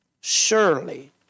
surely